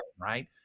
right